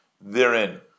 therein